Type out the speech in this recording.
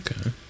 Okay